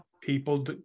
people